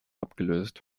abgelöst